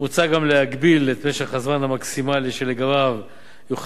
מוצע גם להגביל את משך הזמן המקסימלי שלגביו יוכל